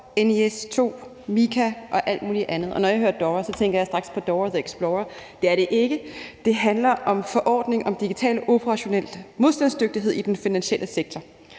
NIS 2, MiCA og alt muligt andet. Når jeg hører DORA, tænker jeg straks på Dora the Explorer, men det er det ikke. Det handler om forordning om digital operationel modstandsdygtighed i den finansielle sektor.